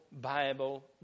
Bible